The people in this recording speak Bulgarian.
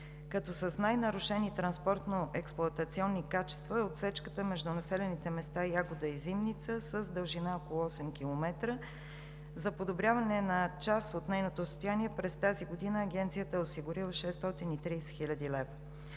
като с най-нарушени транспортно-експлоатационни качества е отсечката между населените места Ягода и Зимница с дължина около 8 км. За подобряване на част от нейното състояние през тази година Агенцията е осигурила 630 хил. лв.